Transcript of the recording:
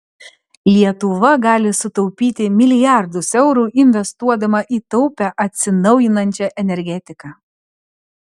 lietuva gali sutaupyti milijardus eurų investuodama į taupią atsinaujinančią energetiką